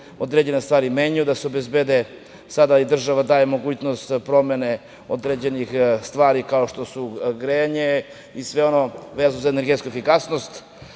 određene stvari menjaju, da se obezbede, sada i država daje mogućnost promene određenih stvari kao što su grejanje i sve ono vezano za energetsku efikasnost.